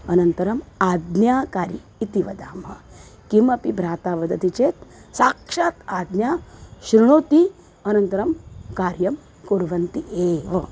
अनन्तरम् आज्ञाकारी इति वदामः किमपि भ्राता वदति चेत् साक्षात् आज्ञा श्रुणोति अनन्तरं कार्यं कुर्वन्ति एव